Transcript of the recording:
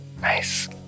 Nice